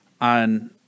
on